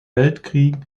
weltkrieg